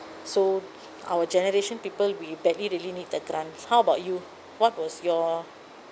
so our generation people we badly really need the grants how about you what was your